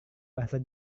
bahasa